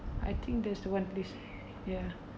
I think there's one place ya